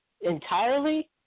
entirely